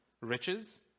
riches